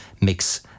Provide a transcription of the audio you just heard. mix